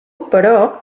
però